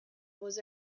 was